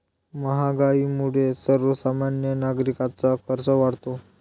महागाईमुळे सर्वसामान्य नागरिकांचा खर्च वाढतो